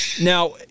now